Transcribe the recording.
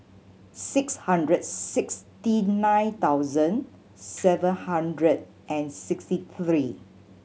six hundred sixty nine thousand seven hundred and sixty three